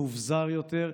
מאובזר יותר,